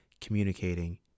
communicating